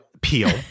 peel